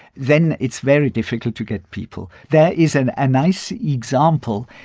then it's very difficult to get people. there is and a nice example,